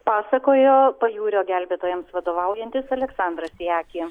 pasakojo pajūrio gelbėtojams vadovaujantis aleksandras sijaki